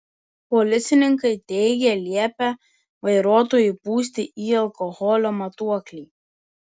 policininkai teigia liepę vairuotojui pūsti į alkoholio matuoklį